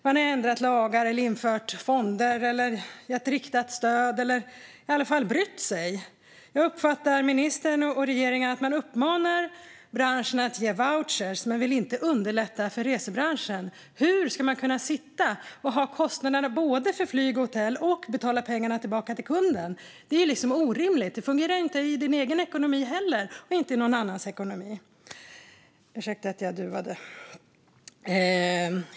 Man har ändrat lagar, infört fonder, gett riktat stöd eller i alla fall brytt sig. Jag uppfattar att ministern och regeringen uppmanar branschen att ge vouchrar men inte vill underlätta för resebranschen. Hur ska man kunna sitta och ha kostnader för både flyg och hotell och betala pengar tillbaka till kunden? Det är ju orimligt. Det fungerar inte i din egen ekonomi och inte i någon annans ekonomi heller. Ursäkta att jag duade ministern.